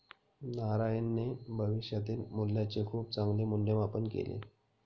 नारायणने भविष्यातील मूल्याचे खूप चांगले मूल्यमापन केले